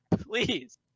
Please